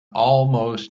almost